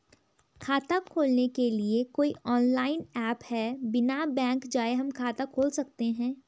खाता खोलने के लिए कोई ऑनलाइन ऐप है बिना बैंक जाये हम खाता खोल सकते हैं?